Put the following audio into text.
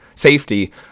safety